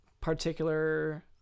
particular